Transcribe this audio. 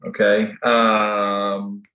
Okay